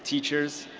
teachers,